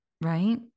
Right